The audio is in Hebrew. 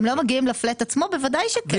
בוודאי שכן.